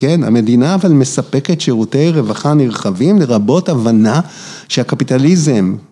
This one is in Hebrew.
‫כן, המדינה אבל מספקת שירותי רווחה ‫נרחבים לרבות הבנה שהקפיטליזם...